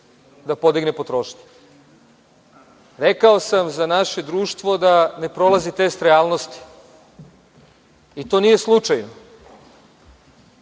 da podigne potrošnju. Rekao sam za naše društvo da ne prolazi test realnosti, i to nije slučajno.